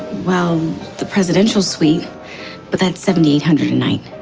well, the presidential suite but that seventy eight hundred nine.